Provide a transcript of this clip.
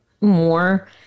more